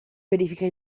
verifica